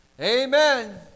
Amen